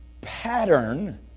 pattern